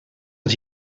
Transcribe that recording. het